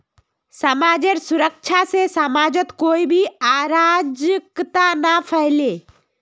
समाजेर सुरक्षा से समाजत कोई भी अराजकता ना फैले